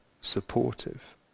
supportive